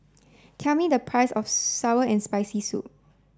tell me the price of sour and spicy soup